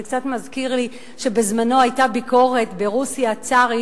זה קצת מזכיר לי שבזמנו היתה ביקורת ברוסיה הצארית,